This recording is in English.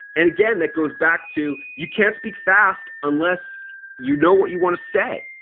and again, that goes back to you can't speak fast unless you know what you want to say.